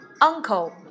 uncle